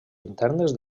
internes